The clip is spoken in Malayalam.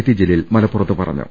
ടി ജലീൽ മലപ്പുറത്ത് പറഞ്ഞു